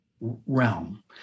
realm